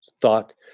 Thought